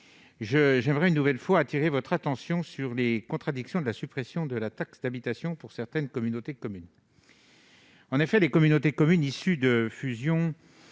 j'aimerais une nouvelle fois attirer votre attention sur les contradictions inhérentes à la suppression de la taxe d'habitation pour certaines communautés de communes. En effet, les communautés de communes issues de fusions